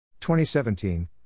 2017